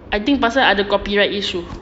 I think pasal ada copyright issue